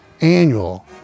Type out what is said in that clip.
annual